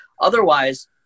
Otherwise